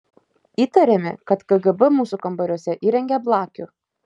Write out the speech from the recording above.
įtarėme kad kgb mūsų kambariuose įrengė blakių